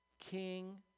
King